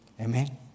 Amen